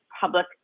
public